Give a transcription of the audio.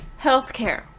Healthcare